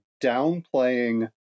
downplaying